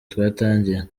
twatangiye